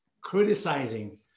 criticizing